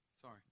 sorry